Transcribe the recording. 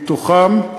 מתוכם,